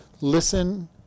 Listen